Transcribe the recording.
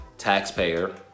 taxpayer